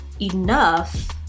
enough